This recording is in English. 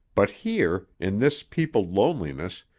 but here, in this peopled loneliness,